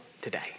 today